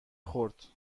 خورد